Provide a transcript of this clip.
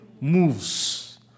moves